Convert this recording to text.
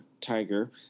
Tiger